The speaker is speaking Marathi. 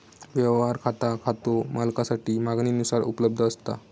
व्यवहार खाता खातो मालकासाठी मागणीनुसार उपलब्ध असता